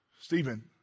Stephen